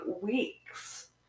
weeks